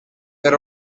per